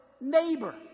neighbor